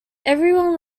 everyone